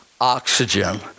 oxygen